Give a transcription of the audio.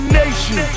nation